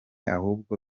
ahubwo